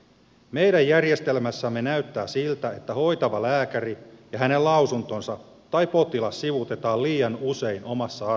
meidän järjestelmässämme näyttää siltä että hoitava lääkäri ja hänen lausuntonsa tai potilas sivuutetaan liian usein omassa asiassaan